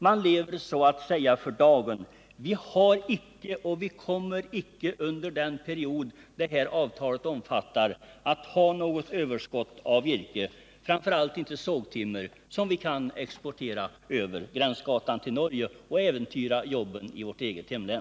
Man lever så att säga för dagen. Vi har icke och vi kommer icke under den period detta avtal omfattar att ha något överskott av virke — framför allt inte sågtimmer — som vi kan exportera över gränsgatan till Norge och äventyra jobben i vårt eget hemlän.